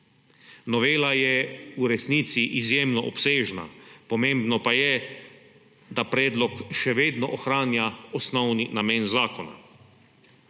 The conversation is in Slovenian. Novela je v resnici izjemno obsežna. Pomembno pa je, da predlog še vedno ohranja osnovni namen zakona.